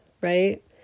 right